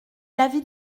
l’avis